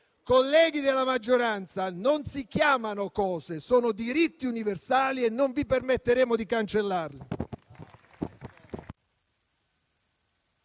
Colleghi della maggioranza, non si chiamano cose sono diritti universali e non vi permetteremo di cancellarli.